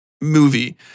movie